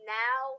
now